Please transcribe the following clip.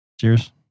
Cheers